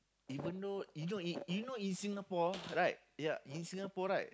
even though you know you know in Singapore right ya in Singapore right